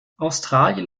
australien